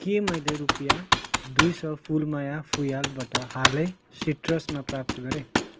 के मैले रुपियाँ दुई सौ फुलमाया फुँयालबाट हालै सिट्रसमा प्राप्त गरेँ